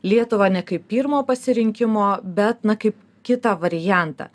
lietuvą ne kaip pirmo pasirinkimo bet na kaip kitą variantą